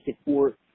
support